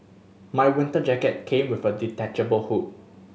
my winter jacket came with a detachable hood